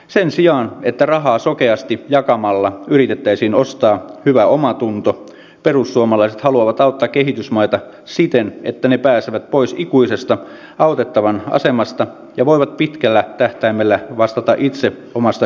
sen sijaan että rahaa sokeasti jakamalla yritettäisiin ostaa hyvä omatunto perussuomalaiset haluavat auttaa kehitysmaita siten että ne pääsevät pois ikuisesta autettavan asemasta ja voivat pitkällä tähtäimellä vastata itse omasta hyvinvoinnistaan